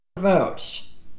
votes